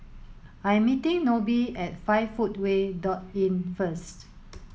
I am meeting Nobie at five footway dot Inn first